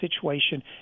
situation